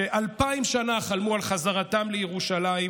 שאלפיים שנה חלמו על חזרתם לירושלים,